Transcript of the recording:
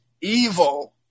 Evil